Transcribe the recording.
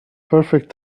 perfect